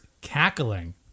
cackling